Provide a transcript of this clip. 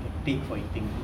get paid for eating bro